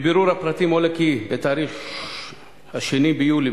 מבירור הפרטים עולה כי בתאריך 2 ביולי,